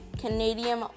Canadian